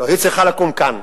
לא, היא צריכה לקום כאן.